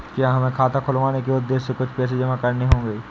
क्या हमें खाता खुलवाने के उद्देश्य से कुछ पैसे जमा करने होंगे?